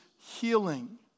healing